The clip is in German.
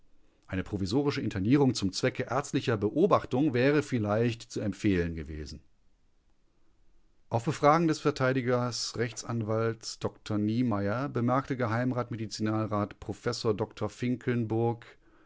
eine provisorische internierung zum zwecke ärztlicher beobachtung wäre vielleicht zu empfehlen gewesen auf befragen des verteidigers rechtsanwalts dr niemeyer bemerkte geh rat professor dr finkelnburg